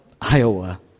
Iowa